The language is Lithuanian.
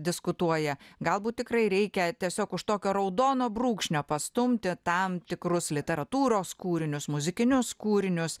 diskutuoja galbūt tikrai reikia tiesiog už tokio raudono brūkšnio pastumti tam tikrus literatūros kūrinius muzikinius kūrinius